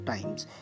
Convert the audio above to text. Times